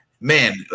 man